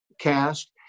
cast